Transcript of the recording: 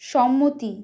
সম্মতি